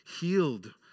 healed